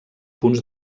punts